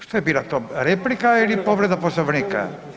Što je bila to replika ili povreda Poslovnika?